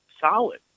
solid